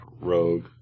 Rogue